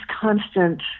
constant